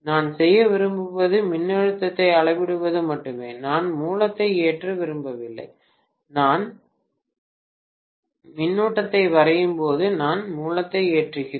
நான் செய்ய விரும்புவது மின்னழுத்தத்தை அளவிடுவது மட்டுமே நான் மூலத்தை ஏற்ற விரும்பவில்லை நான் மின்னோட்டத்தை வரையும்போது நான் மூலத்தை ஏற்றுகிறேன்